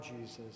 Jesus